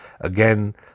Again